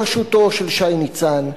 בראשותו של שי ניצן,